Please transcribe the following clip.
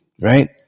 right